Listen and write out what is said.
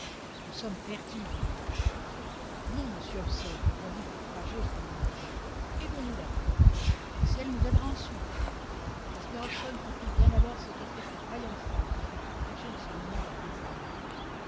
nous sommes perdus dit le lieutenant non monsieur hobson répondit la courageuse paulina barnett aidons nous d'abord le ciel nous aidera ensuite jasper hobson comprit bien alors ce qu'était cette vaillante femme dont il partageait en ce moment la destinée